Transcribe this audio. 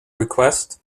request